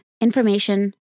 information